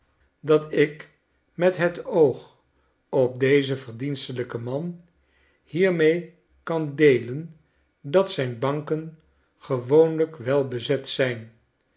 dat ik met het oog op dezen verdienstelijken man hier mee kan deelen dat zijn banken gewoonlijk welbezet zijn